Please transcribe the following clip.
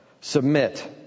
Submit